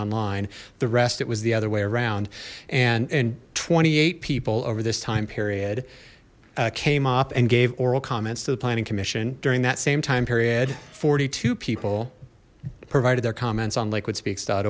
online the rest it was the other way around and and twenty eight people over this time period came up and gave oral comments to the planning commission during that same time period forty two people provided their comments on liquid